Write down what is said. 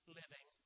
living